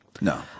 No